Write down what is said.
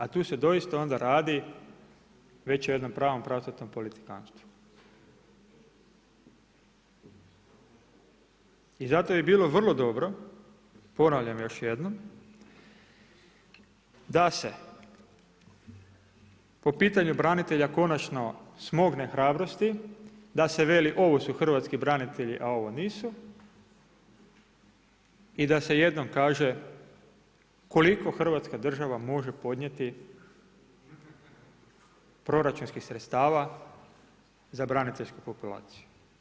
A tu se doista onda radi već o jednom pravom pravcatom politikantstvu i zato bi bilo vrlo dobro ponavljam još jednom da se po pitanju branitelja konačno smogne hrabrosti da se veli ovo su hrvatski branitelji a ovo nisu i da se jednom kaže koliko hrvatska država može podnijeti proračunskih sredstava za braniteljsku populaciju.